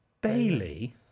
Bailey